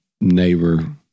neighbor